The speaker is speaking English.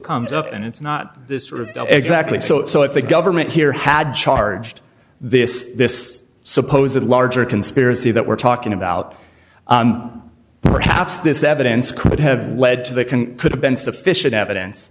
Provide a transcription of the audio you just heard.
comes up and it's not exactly so so if the government here had charged this this supposedly larger conspiracy that we're talking about perhaps this evidence could have led to the can could have been sufficient evidence